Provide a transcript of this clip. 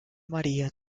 maría